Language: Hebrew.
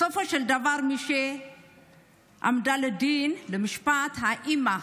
בסופו של דבר מי שעמדה לדין, למשפט, היא האימא,